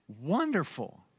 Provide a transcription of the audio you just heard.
wonderful